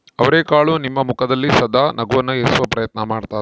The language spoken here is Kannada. ಅವರೆಕಾಳು ನಿಮ್ಮ ಮುಖದಲ್ಲಿ ಸದಾ ನಗುವನ್ನು ಇರಿಸುವ ಪ್ರಯತ್ನ ಮಾಡ್ತಾದ